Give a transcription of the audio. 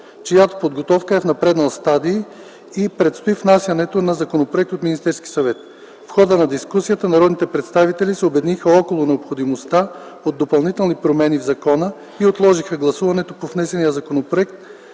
чиято подготовка е в напреднал стадий и предстои внасянето на законопроект от Министерския съвет. В хода на дискусията народните представители се обединиха около необходимостта от допълнителни промени в закона и отложиха гласуването по внесения законопроект,